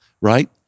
right